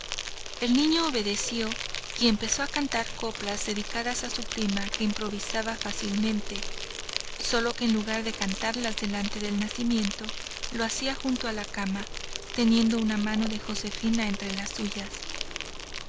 el niño obedeció y empezó a cantar coplas dedicadas a su prima que improvisaba fácilmente solo que en lugar de cantarlas delante del nacimiento lo hacía junto a la cama teniendo una mano de josefina entre las suyas